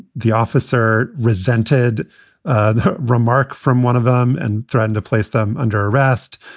the officer resented the remark from one of them and threatened to place them under arrest.